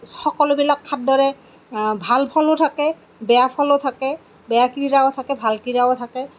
সকলোবিলাক খাদ্যৰে ভাল ফলো থাকে বেয়া ফলো থাকে বেয়া ক্ৰিয়াও থাকে ভাল ক্ৰিয়াও থাকে